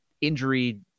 injury